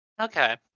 Okay